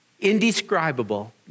indescribable